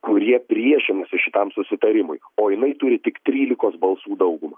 kurie priešinasi šitam susitarimui o jinai turi tik trylikos balsų daugumą